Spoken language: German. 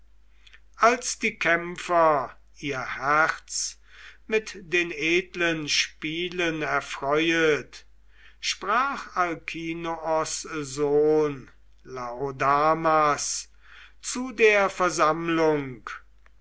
als die kämpfer ihr herz mit den edlen spielen erfreuet sprach alkinoos sohn laodamas zu der versammlung